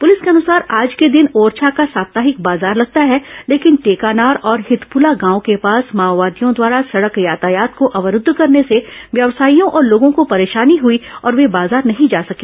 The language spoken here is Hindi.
प्रलिस के अनुसार आज के दिन ओरछा का साप्ताहिक बाजार लगता है लेकिन टेकानार और हितपुला गांव के ैपास माओवादियों द्वारा सड़क यातायात को अवरूद्व करने से व्यवसायियों और लोगों को परेशानी हुई और वे बाजार नहीं जा सके